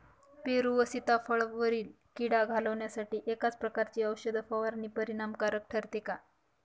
पेरू व सीताफळावरील कीड घालवण्यासाठी एकाच प्रकारची औषध फवारणी परिणामकारक ठरते का?